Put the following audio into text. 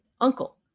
uncle